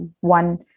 one